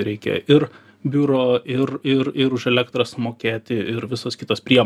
reikia ir biuro ir ir ir už elektrą sumokėti ir visos kitos prie